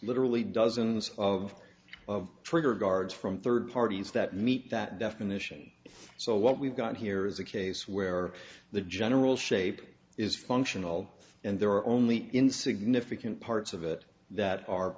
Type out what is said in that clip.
literally dozens of of trigger guards from third parties that meet that definition so what we've got here is a case where the general shape is functional and there are only in significant parts of it that are